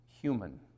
human